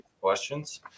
questions